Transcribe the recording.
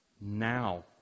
now